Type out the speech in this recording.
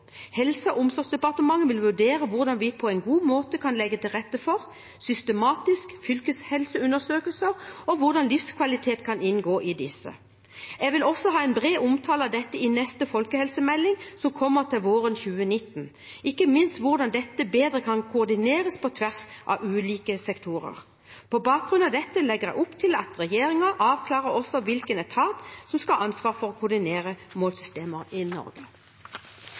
Helse- og omsorgsdepartementet vil vurdere hvordan vi på en god måte kan legge til rette for – systematisk – fylkeshelseundersøkelser, og hvordan livskvalitet kan inngå i disse. Jeg vil også ha en bred omtale av dette i neste folkehelsemelding, som kommer våren 2019 – ikke minst hvordan dette bedre kan koordineres på tvers av ulike sektorer. På bakgrunn av dette legger jeg opp til at regjeringen avklarer også hvilken etat som skal ha ansvar for å koordinere målesystemet i Norge.